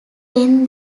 when